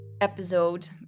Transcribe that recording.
episode